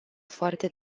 foarte